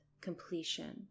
completion